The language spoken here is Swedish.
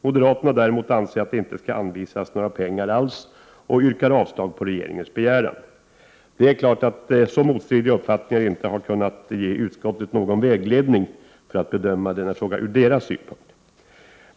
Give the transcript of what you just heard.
Moderaterna däremot anser att det inte skall anvisas några pengar alls och yrkar avslag på regeringens begäran. Det är klart att så motstridiga uppfattningar inte har kunnat ge utskottet någon vägledning för att bedöma denna fråga ur utskottets synvinkel.